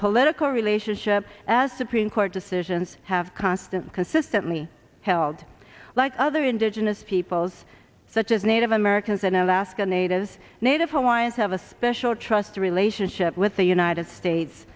political relationship as supreme court decisions have constant consistently held like other indigenous peoples such as native americans and alaska natives native hawaiians have a special trust relationship with the united states